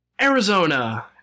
Arizona